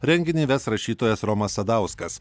renginį ves rašytojas romas sadauskas